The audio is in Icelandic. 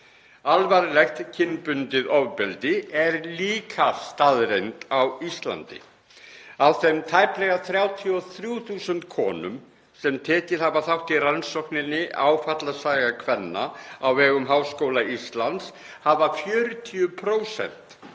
Alvarlegt kynbundið ofbeldi er líka staðreynd á Íslandi. Af þeim tæplega 33.000 konum sem tekið hafa þátt í rannsókninni Áfallasaga kvenna á vegum Háskóla Íslands hafa 40%